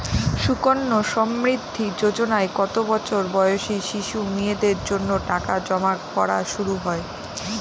সুকন্যা সমৃদ্ধি যোজনায় কত বছর বয়সী শিশু মেয়েদের জন্য টাকা জমা করা শুরু হয়?